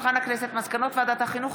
מסקנות ועדת החינוך,